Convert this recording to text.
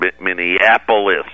Minneapolis